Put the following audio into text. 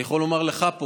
אני יכול לומר לך פה,